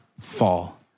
fall